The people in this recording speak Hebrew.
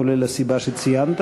כולל הסיבה שציינת.